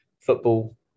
football